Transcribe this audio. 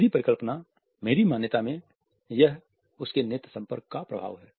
मेरी परिकल्पना मेरी मान्यता में यह उसके नेत्र संपर्क का प्रभाव है